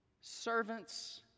servants